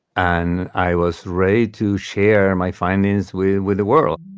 and i was ready to share my findings with with the world